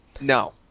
No